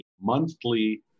monthly